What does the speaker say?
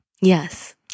Yes